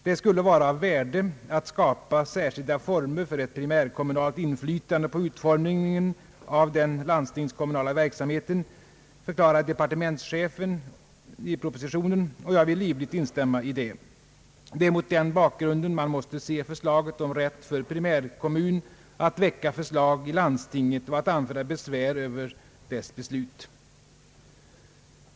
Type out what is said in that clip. »Det skulle vara av värde att skapa särskilda former för ett primärkommunalt inflytande på utformningen av den landstingskommunala verksamheten», förklarar departementschefen i propositionen, och jag vill livligt instämma i det. Det är mot den bakgrunden man måste se förslaget om rätt för primärkommun att väcka förslag i landstinget och att anföra besvär över dess beslut.